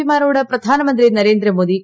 പിമാരോട് പ്രധാനമന്ത്രി നരേന്ദ്ര മോദി